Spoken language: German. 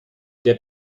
der